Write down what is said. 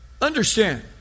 understand